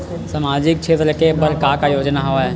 सामाजिक क्षेत्र के बर का का योजना हवय?